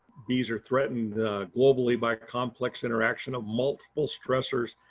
bees are threatened globally by complex interaction of multiple stressors.